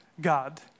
God